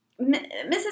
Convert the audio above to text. Mrs